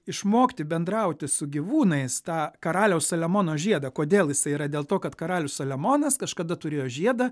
išmokti bendrauti su gyvūnais tą karaliaus saliamono žiedą kodėl jisai yra dėl to kad karalius saliamonas kažkada turėjo žiedą